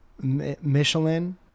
Michelin